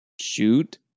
Shoot